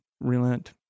relent